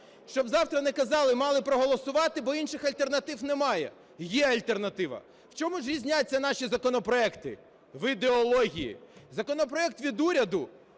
Щоб завтра не казали, мали проголосувати, бо інших бо інших альтернатив немає. Є альтернатива! В чому ж різняться наші законопроекти? В ідеології. Законопроект від уряду